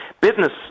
Business